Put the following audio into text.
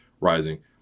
rising